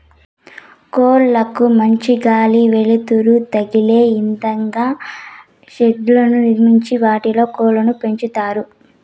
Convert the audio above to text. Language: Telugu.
కోళ్ళ కు మంచి గాలి, వెలుతురు తదిలే ఇదంగా షెడ్లను నిర్మించి వాటిలో కోళ్ళను పెంచుతారు